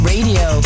Radio